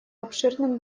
обширным